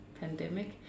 pandemic